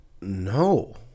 No